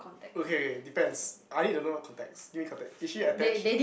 okay depends I need to know her contacts give me contact is she attached